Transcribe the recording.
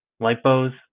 Lipos